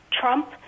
Trump